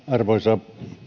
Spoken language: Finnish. arvoisa